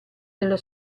della